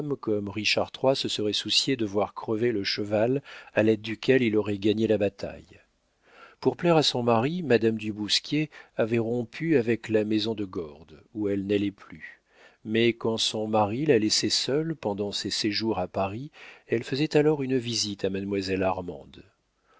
richard iii se serait soucié de voir crever le cheval à l'aide duquel il aurait gagné la bataille pour plaire à son mari madame du bousquier avait rompu avec la maison de gordes où elle n'allait plus mais quand son mari la laissait seule pendant ses séjours à paris elle faisait alors une visite à mademoiselle